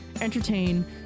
entertain